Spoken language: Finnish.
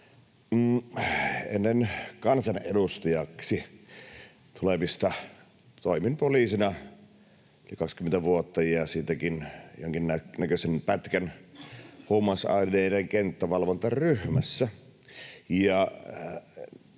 Ennen kansanedustajaksi tulemista toimin poliisina yli 20 vuotta ja siitäkin jonkinnäköisen pätkän huumausaineiden kenttävalvontaryhmässä.